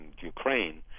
ukraine